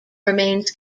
remains